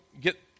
get